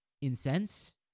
incense